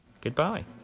Goodbye